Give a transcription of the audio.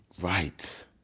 Right